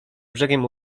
brzegiem